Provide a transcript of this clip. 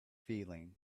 feeling